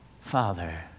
Father